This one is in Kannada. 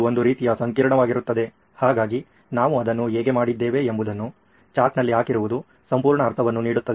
ಇದು ಒಂದು ರೀತಿಯ ಸಂಕೀರ್ಣವಾಗಿರುತ್ತದೆ ಹಾಗಾಗಿ ನಾವು ಅದನ್ನು ಹೇಗೆ ಮಾಡಿದ್ದೇವೆ ಎಂಬುದನ್ನು ಚಾರ್ಟ್ನಲ್ಲಿ ಹಾಕಿರುವುದು ಸಂಪೂರ್ಣ ಅರ್ಥವನ್ನು ನೀಡುತ್ತದೆ